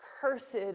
Cursed